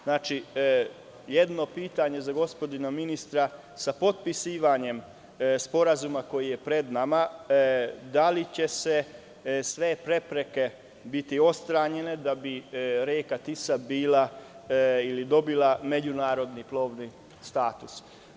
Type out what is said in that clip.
Znači, jedno pitanje za gospodina ministra – sa potpisivanje sporazuma koji je pred nama da li će sve prepreke biti otklonjene da bi reka Tisa bila ili dobila međunarodni plovni status.